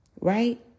Right